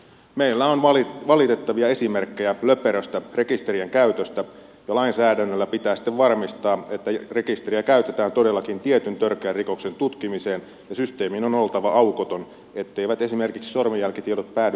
meillä on valitettavia esimerkkejä löperöstä rekisterien käytöstä ja lainsäädännöllä pitää sitten varmistaa että rekisteriä käytetään todellakin tietyn törkeän rikoksen tutkimiseen ja systeemin on oltava aukoton etteivät esimerkiksi sormenjälkitiedot päädy vääriin käsiin vahingossa